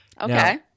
Okay